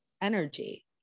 energy